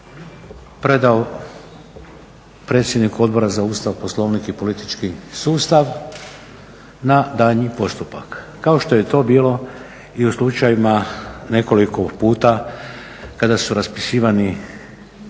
predao predsjedniku Odbora za Ustav, Poslovnik i politički sustav na daljnji postupak, kao što je to bilo i u slučajevima nekoliko puta kada su raspisivani,